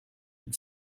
and